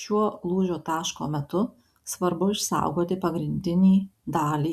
šiuo lūžio taško metu svarbu išsaugoti pagrindinį dalį